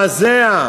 המזעזע,